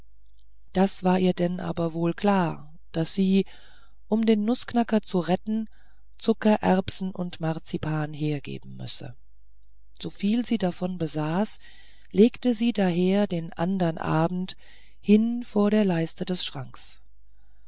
das war ihr denn aber wohl klar daß sie um den nußknacker zu retten zuckererbsen und marzipan hergeben müsse soviel sie davon besaß legte sie daher den andern abend hin vor der leiste des schranks